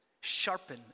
sharpen